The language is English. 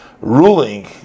ruling